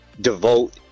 devote